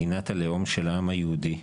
מדינת הלאום של העם היהודי,